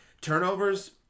turnovers